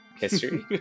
history